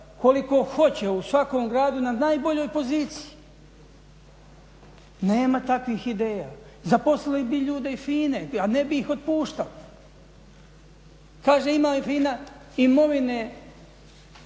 koliko hoće u svakom gradu na najboljoj poziciji. Nema takvih ideja. Zaposlili bi ljude iz FINA-e, a ne bi ih otpuštali. Kaže ima FINA imovine